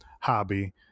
hobby